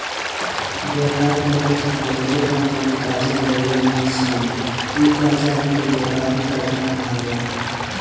व्यापार करे खातिर ढेरे कंपनी कर्जा लेवे ली सन उ कर्जा के व्यापारिक कर्जा कहाला